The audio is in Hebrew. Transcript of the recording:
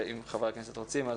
ואם חברי הכנסת רוצים,